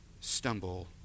stumble